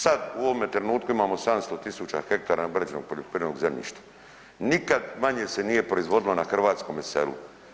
Sad u ovom trenutku imamo 700.000 hektara neobrađenog poljoprivrednog zemljišta, nikad manje se nije proizvodilo na hrvatskome selu.